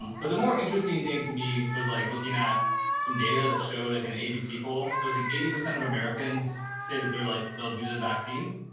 but the more interesting thing to me was like looking at some data that showed like an abc pool. it was like eighty percent of americans say that they're like, they'll do the vaccine,